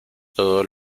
todo